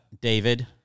David